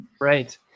Right